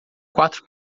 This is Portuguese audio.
quatro